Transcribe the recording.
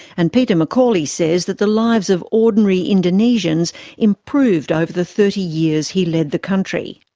and peter mccawley says that the lives of ordinary indonesians improved over the thirty years he led the country.